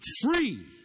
free